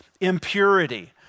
impurity